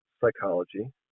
psychology